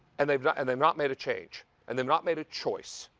and they've not and they've not made a change. and they've not made a choice.